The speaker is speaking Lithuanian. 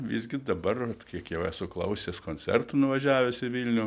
visgi dabar kiek jau esu klausęs koncertų nuvažiavęs į vilnių